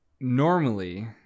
normally